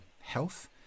health